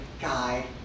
guide